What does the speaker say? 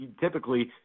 typically